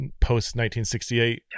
post-1968